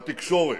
בתקשורת,